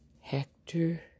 Hector